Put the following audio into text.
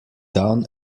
down